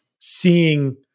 seeing